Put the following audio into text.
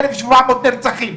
1,700 נרצחים?